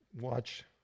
Watch